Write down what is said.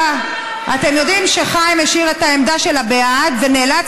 אתם יודעים שחיים השאיר את העמדה של הבעד ונאלץ